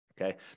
Okay